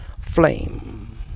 flame